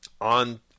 on